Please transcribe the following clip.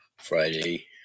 Friday